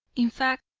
in fact,